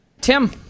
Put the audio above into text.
Tim